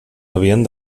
havien